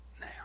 now